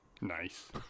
Nice